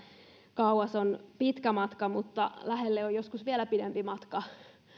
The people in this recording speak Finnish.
kauas on pitkä matka mutta lähelle on joskus vielä pidempi matka